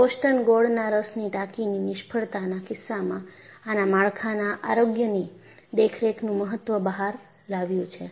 Boston ગોળનારસની ટાંકીની નિષ્ફળતાના કિસ્સામાં આના માળખાના આરોગ્યની દેખરેખનું મહત્વ બહાર લાવ્યું છે